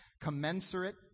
commensurate